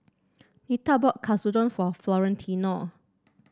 Nita bought Katsudon for Florentino